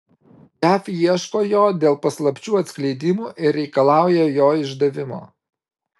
jav ieško jo dėl paslapčių atskleidimo ir reikalauja jo išdavimo